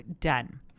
done